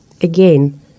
again